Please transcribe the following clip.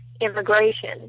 immigration